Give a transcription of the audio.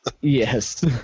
Yes